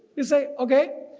you say, ok,